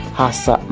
hasa